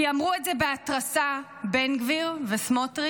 כי אמרו את זה בהתרסה בן גביר וסמוטריץ',